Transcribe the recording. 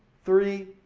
three.